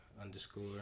underscore